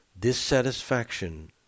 Dissatisfaction